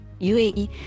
UAE